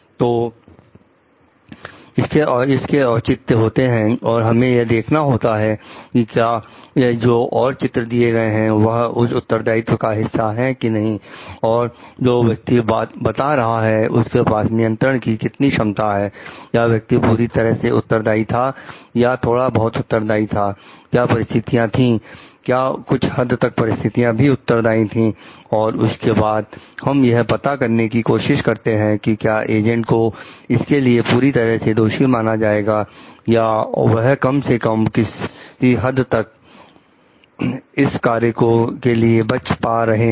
तो इसके औचित्य होते हैं और हमें यह देखना होता है कि क्या यह जो और चित्र दिए गए हैं वह उस उत्तरदायित्व का हिस्सा है कि नहीं और जो व्यक्ति बता रहा है उसके पास नियंत्रण की कितनी क्षमता थी क्या व्यक्ति पूरी तरह से उत्तरदाई था या थोड़ा बहुत उत्तरदाई था क्या परिस्थितियां थी क्या कुछ हद तक परिस्थितियां भी उत्तरदाई थी और उसके बाद हम यह पता करने की कोशिश करते हैं कि क्या एजेंट को इसके लिए पूरी तरह से दोषी माना जाए या वह कम से कम किसी हद तक इस कार्य के लिए बच पा रहे हैं